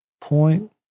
point